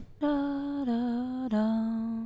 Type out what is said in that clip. Da-da-da